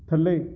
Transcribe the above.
ਥੱਲੇ